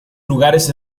lugares